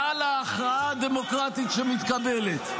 מעל ההכרעה הדמוקרטית שמתקבלת.